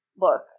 look